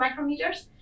micrometers